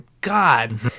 God